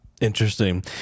Interesting